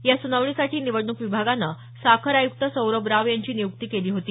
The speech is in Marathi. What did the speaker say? या सुनावणीसाठी निवडणूक विभागानं साखर आयुक्त सौरभ राव यांची नियुक्ती केली होती